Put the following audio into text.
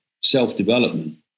self-development